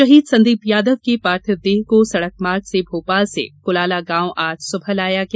शहीद संदीप यादव के पार्थिव देह को सड़क मार्ग से भोपाल से कुलाला गांव आज सुबह लाया गया